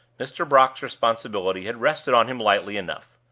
mr. brock's responsibility had rested on him lightly enough.